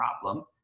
problem